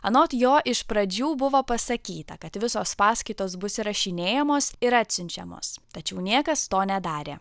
anot jo iš pradžių buvo pasakyta kad visos paskaitos bus įrašinėjamos ir atsiunčiamos tačiau niekas to nedarė